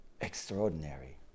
Extraordinary